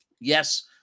yes